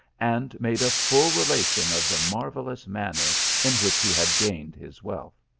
and made a full relation of the marvellous manner in which he had gained his wealth.